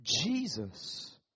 Jesus